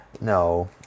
no